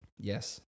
Yes